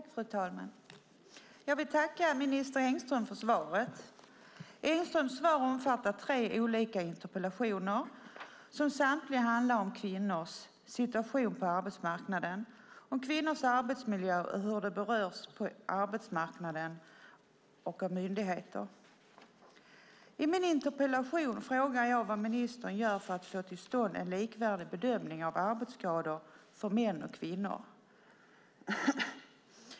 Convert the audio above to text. Fru talman! Jag tackar arbetsmarknadsminister Engström för svaret. Hennes svar omfattar tre olika interpellationer som samtliga handlar om kvinnors situation på arbetsmarknaden, om kvinnors arbetsmiljö, hur de behandlas på arbetsmarknaden och av myndigheter. I min interpellation frågar jag vad ministern gör för att få till stånd en likvärdig bedömning av arbetsskador för män och kvinnor.